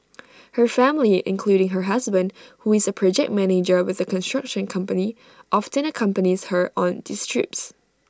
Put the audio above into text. her family including her husband who is A project manager with A construction company often accompanies her on these trips